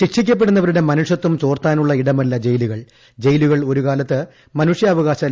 ശിക്ഷിക്കപ്പെടുന്നവരുടെ മനുഷ്യത്വം ചോർത്താനുള്ള ഇടമല്ല ജയിലുകൾ ഒരുകാലത്ത് മനുഷ്യാവകാശ ജയിലുകൾ